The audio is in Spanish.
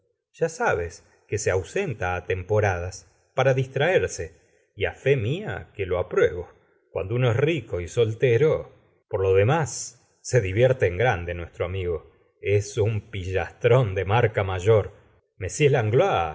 ya sabes que se ausenta á temporadas para distraerse y á fe mía que lo apruebo cuando uno es rico y soltero por lo demás se divierte en grande nuestro amigo es un pillastrón de marca mayor rvr langlois